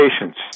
patience